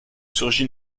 surgit